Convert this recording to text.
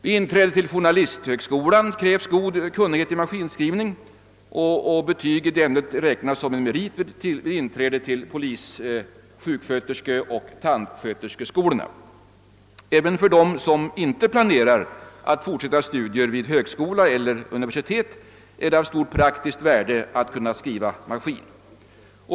Vid inträde till journalisthögskolan krävs god kunnighet i maskinskrivning, och betyg i ämnet räknas som en merit vid inträde till polis-, sjuksköterskeoch tandsköterskeskolorna. även för dem som inte planerar att fortsätta studierna vid högskola eller universitet är det av stort praktiskt värde att kunna skriva maskin.